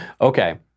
Okay